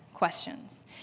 questions